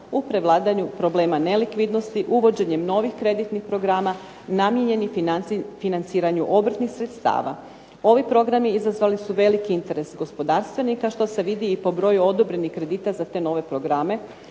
u prevladavanja problema nelikvidnosti uvođenjem novih kreditnih programa namijenjenim financiranju obrtnih sredstava. Ovi programi izazvali su veliki interes gospodarstvenika što se vidi po broju odobrenih kredita za te nove programe,